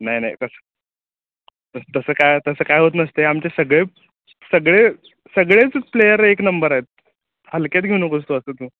नाही नाही तसं तसं काय तसं काय होत नसते आमचे सगळे सगळे सगळेच प्लेयर एक नंबर आहेत हलक्यात घेऊ नकोस तो असं तू